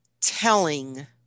telling